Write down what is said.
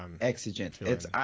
exigent